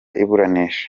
iburanisha